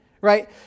right